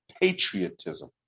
patriotism